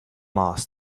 lost